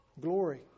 Glory